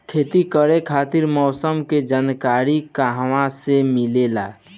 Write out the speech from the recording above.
खेती करे खातिर मौसम के जानकारी कहाँसे मिलेला?